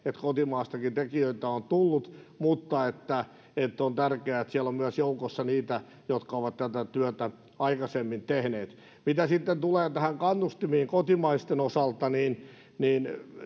kotimaastakin tekijöitä on tullut mutta että että on tärkeää että siellä on joukossa myös niitä jotka ovat tätä työtä aikaisemmin tehneet mitä sitten tulee näihin kannustimiin kotimaisten osalta niin niin